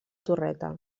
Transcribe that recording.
torreta